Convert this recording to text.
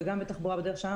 וגם ב"תחבורה בדרך שלנו",